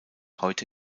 heute